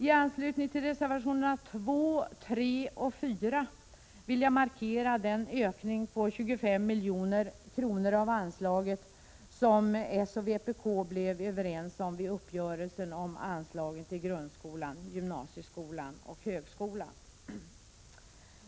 I anslutning till reservationerna 2, 3 och 4 vill jag markera den ökning på 25 milj.kr. av anslaget som s och vpk blev överens om vid uppgörelsen om anslagen till grundskolan, gymnasieskolan och högskolan.